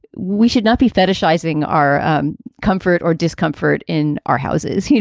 we should not be fetishizing our comfort or discomfort in our houses. you